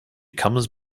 comes